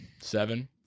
Seven